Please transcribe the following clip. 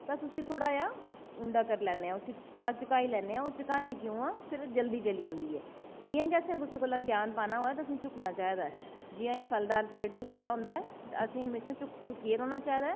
बस उसी थोह्ड़ा जेहा उबड़ा करी लैने आं थोह्ड़ा झुकाई लैने आं ओह् झुकाने क्यों ऐं ते ओह् जल्दी जली जंदी ऐ इंया गै असें कुसै कोला ग्यान पाना होऐ ते तां झुकना चाहिदा जियां कि फलदार पेड़ झुके दा होंदा ऐ असें म्हेशा झुक्कियै रौह्ना चाहिदा